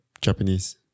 Japanese